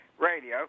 Radio